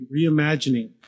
reimagining